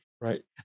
right